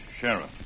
Sheriff